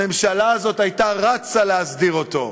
הממשלה הזאת הייתה רצה להסדיר אותו,